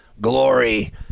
glory